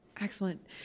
Excellent